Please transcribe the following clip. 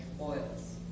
oils